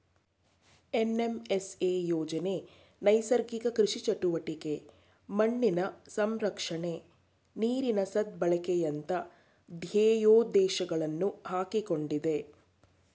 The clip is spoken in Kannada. ಎನ್.ಎಂ.ಎಸ್.ಎ ಯೋಜನೆ ನೈಸರ್ಗಿಕ ಕೃಷಿ ಚಟುವಟಿಕೆ, ಮಣ್ಣಿನ ಸಂರಕ್ಷಣೆ, ನೀರಿನ ಸದ್ಬಳಕೆಯಂತ ಧ್ಯೇಯೋದ್ದೇಶಗಳನ್ನು ಹಾಕಿಕೊಂಡಿದೆ